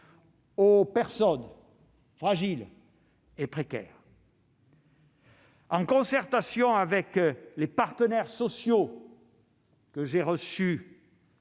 aux personnes fragiles et précaires. En concertation avec les partenaires sociaux que j'ai reçus